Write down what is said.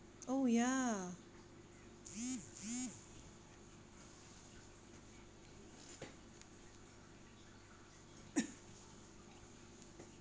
oh ya